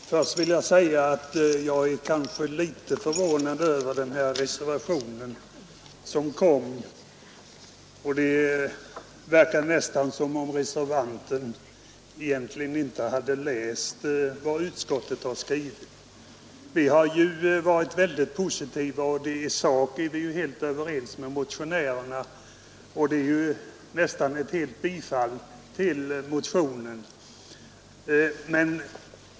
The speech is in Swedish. Herr talman! Först vill jag säga att jag kanske är litet förvånad över reservationen 1. Det verkar nästan som om herr Takman inte läst vad utskottet skrivit. Vi har inom utskottet varit mycket positiva, och i sak är vi helt överens med motionärerna. Vår skrivning innebär nästan ett bifall till motionen.